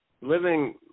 living